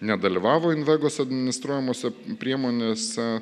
nedalyvavo invegos administruojamose priemonėse